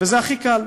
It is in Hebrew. זה הכי קל.